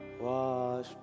wash